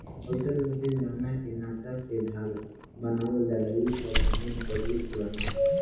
अईसन मशीन जवना के नचा के धागा बनावल जाला इ सब मशीन सदियों पुराना ह